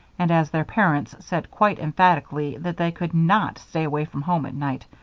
and as their parents said quite emphatically that they could not stay away from home at night,